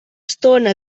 estona